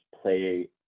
play